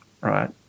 Right